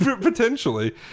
Potentially